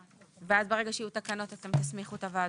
ואז ברגע שיהיו תקנות אתם תסמיכו את הוועדות.